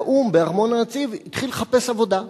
והאו"ם בארמון הנציב התחיל לחפש עבודה.